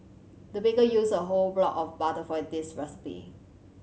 the baker used a whole block of butter for a this recipe